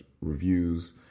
reviews